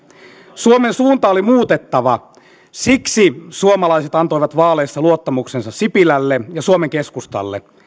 suomen suunta oli muutettava siksi suomalaiset antoivat vaaleissa luottamuksensa sipilälle ja suomen keskustalle